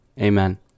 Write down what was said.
Amen